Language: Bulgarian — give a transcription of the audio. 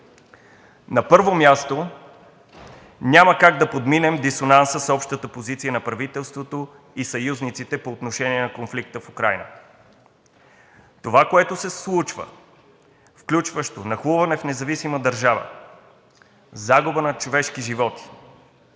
На първо място, няма как да подминем дисонанса с общата позиция на правителството и съюзниците по отношение на конфликта в Украйна. Това, което се случва, включващо нахлуване в независима държава, загуба на човешки животи